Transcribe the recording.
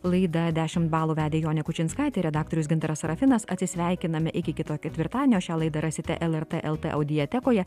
laidą dešimt balų vedė jonė kučinskaitė redaktorius gintaras sarafinas atsisveikiname iki kito ketvirtadienio šią laidą rasite lrt el t audiotekoje